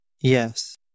Yes